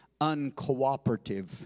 uncooperative